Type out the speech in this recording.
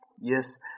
yes